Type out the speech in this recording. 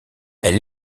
elle